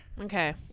Okay